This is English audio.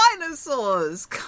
dinosaurs